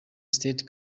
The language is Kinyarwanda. state